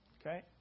Okay